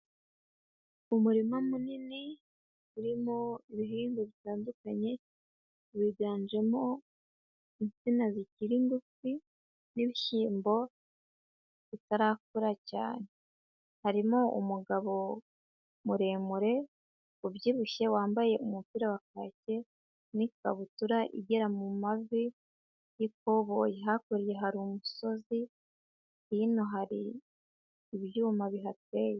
Umurima munini, urimo ibihingwa bitandukanye, wiganjemo insina zikiri ngufi, n'ibishyimbo bitarakura cyane, harimo umugabo muremure, ubyibushye wambaye umupira wa kake n'kabutura igera mu mavi y'ikoboyi, hakurya hari umusozi, hino hari ibyuma bihateye.